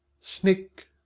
Snick